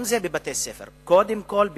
זה גם בבתי-הספר, קודם כול ביטחון.